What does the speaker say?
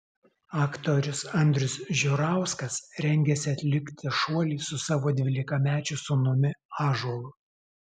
aktorius andrius žiurauskas rengiasi atlikti šuolį su savo dvylikamečiu sūnumi ąžuolu